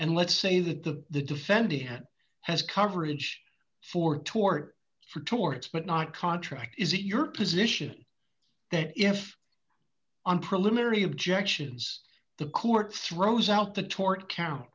and let's say that the defendant has coverage for tort for torts but not contract is it your position that if on preliminary objections the court throws out the tort count